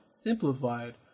simplified